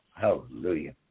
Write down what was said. Hallelujah